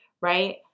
right